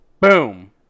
Boom